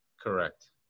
Correct